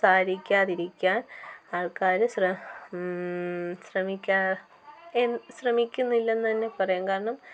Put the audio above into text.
സംസാരിക്കാതിരിക്കാൻ ആൾക്കാർ ശ്രമ ശ്രമിക്ക ശ്രമിക്കുന്നില്ലെന്ന് തന്നെ പറയാം കാരണം